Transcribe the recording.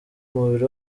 umubiri